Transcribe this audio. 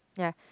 ya